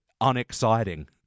unexciting